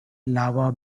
lava